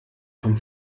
vom